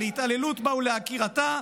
להתעללות בה ולעקירתה,